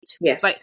Yes